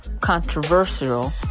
controversial